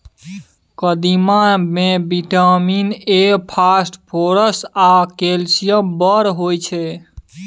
कदीमा मे vitamin A, phosphorus आ कैल्शियम बड़ होइ छै